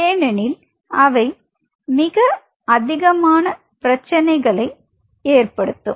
ஏனெனில் அவை மிக அதிகமான பிரச்சினைகளை ஏற்படுத்தும்